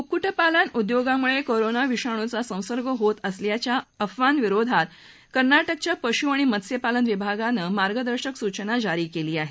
कुक्कुटपालन उद्योगांमुळे कोरोना विषाणूचा संसर्ग होत असल्याच्या अफवांविरोधात कर्नाटकाच्या पशु आणि मत्स्यपालन विभागानं मार्गदर्शक सूचना जारी केली आहे